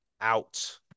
out